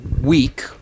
week